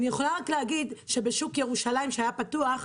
אני יכולה רק להגיד שכאשר השוק בירושלים היה פתוח,